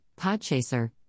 Podchaser